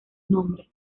nombres